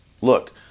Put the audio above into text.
look